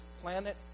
planet